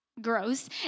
gross